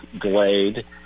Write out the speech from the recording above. delayed